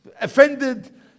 offended